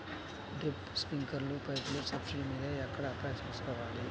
Drip, స్ప్రింకర్లు పైపులు subsidy మీద ఎక్కడ అప్లై చేసుకోవాలి?